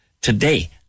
today